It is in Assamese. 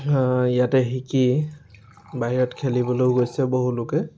ইয়াতে শিকি বাহিৰত খেলিবলৈও গৈছে বহু লোকে